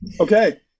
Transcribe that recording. Okay